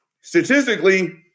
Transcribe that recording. Statistically